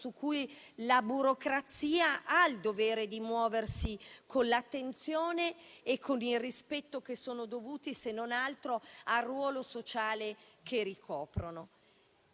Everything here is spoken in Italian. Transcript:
su cui la burocrazia ha il dovere di muoversi con l'attenzione e con il rispetto che sono dovuti, se non altro, al ruolo sociale che ricoprono.